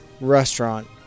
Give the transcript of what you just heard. restaurant